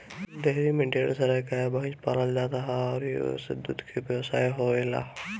dairy में ढेर सारा गाए भइस पालल जात ह अउरी ओसे दूध के व्यवसाय होएला